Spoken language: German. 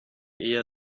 eher